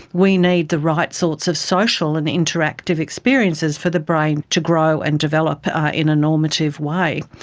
we need the right sorts of social and interactive experiences for the brain to grow and develop in a normative way.